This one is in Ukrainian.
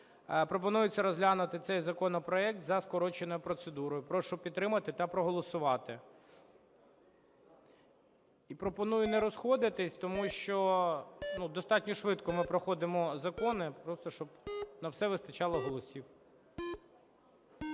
Пропонується розглянути цей законопроект за скороченою процедурою. Прошу підтримати та проголосувати. І пропоную не розходитися, тому що достатньо ну швидко ми проходимо закони, просто щоб на все вистачало голосів.